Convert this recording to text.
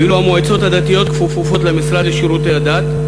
ואילו המועצות הדתיות כפופות למשרד לשירותי הדת,